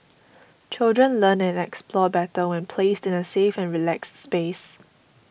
children learn and explore better when placed in a safe and relaxed space